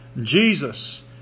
Jesus